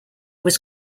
was